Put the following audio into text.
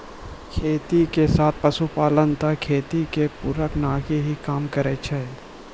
खेती के साथ पशुपालन त खेती के पूरक नाकी हीं काम करै छै